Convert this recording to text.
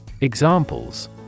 Examples